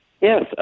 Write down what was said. Yes